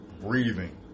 breathing